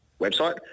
website